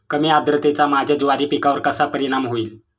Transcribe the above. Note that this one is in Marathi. कमी आर्द्रतेचा माझ्या ज्वारी पिकावर कसा परिणाम होईल?